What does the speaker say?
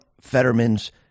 Fetterman's